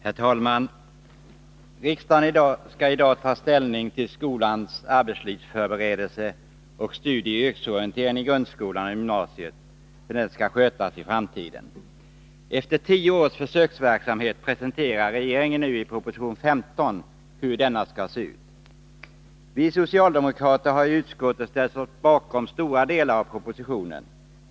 Herr talman! Riksdagen skall i dag ta ställning till hur skolans arbetslivsförberedelser samt studieoch yrkesorientering i grundskolan och gymnasiet skall skötas i framtiden. Efter tio års försöksverksamhet presenterar regeringen nu i proposition 15 hur denna verksamhet skall se ut. Vi socialdemokrater har i utskottet ställt oss bakom stora delar av propositionen.